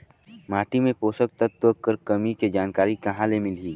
माटी मे पोषक तत्व कर कमी के जानकारी कहां ले मिलही?